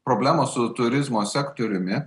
problemos su turizmo sektoriumi